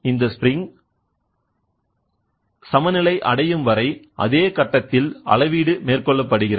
இது ஒரு சமநிலை அடையும் வரை அதே கட்டத்தில் அளவீடு மேற்கொள்ளப்படுகிறது